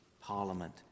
parliament